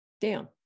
down